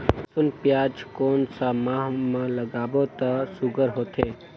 लसुन पियाज कोन सा माह म लागाबो त सुघ्घर होथे?